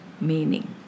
meaning